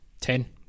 ten